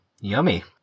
Yummy